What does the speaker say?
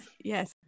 yes